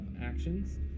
actions